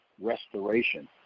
restoration